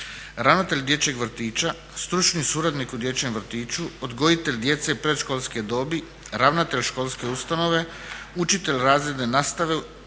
ravnatelj dječjeg vrtića, stručni suradnik u dječjem vrtiću, odgojitelj djece predškolske dobi, ravnatelj školske ustanove, učitelj razredne nastave u